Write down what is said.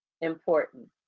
important